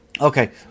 Okay